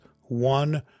one